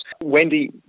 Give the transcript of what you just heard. Wendy